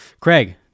Craig